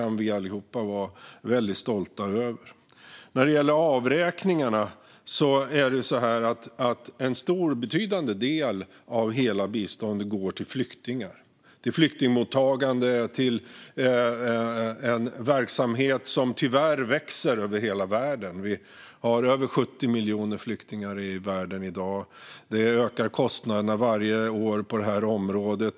När det gäller avräkningarna går en betydande del av hela biståndet till flyktingar, till flyktingmottagande och till en verksamhet som tyvärr växer över hela världen. Vi har över 70 miljoner flyktingar i världen i dag, och kostnaderna på detta område ökar varje år.